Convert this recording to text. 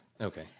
Okay